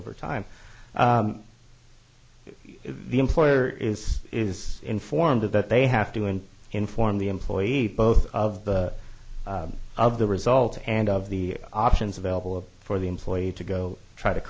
over time if the employer is is informed that they have to and inform the employee both of the of the result and of the options available for the employee to go try to